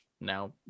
now